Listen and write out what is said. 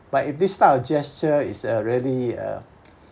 but if this type of gesture it's uh really uh